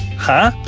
huh?